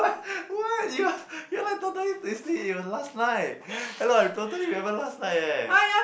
what you are you are like totally sleep in your last night hello I totally remember last night eh